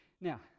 Now